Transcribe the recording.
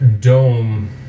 dome